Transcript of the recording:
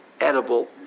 edible